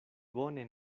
bone